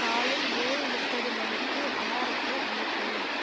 காலை ஏழு முப்பது மணிக்கு அலாரத்தை அமைக்கவும்